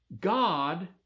God